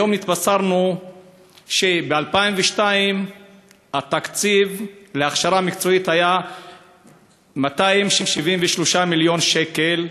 היום התבשרנו שב-2002 התקציב להכשרה מקצועית היה 273 מיליון שקל,